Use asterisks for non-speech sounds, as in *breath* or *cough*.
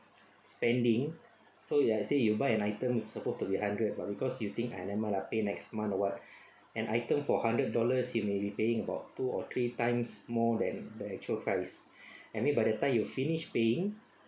spending so ya I say you buy an item supposed to be hundred but because you think ah never mind lah pay next month or what *breath* an item for hundred dollars you maybe paying about two or three times more than the actual price I mean by the time you finish paying